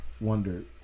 wondered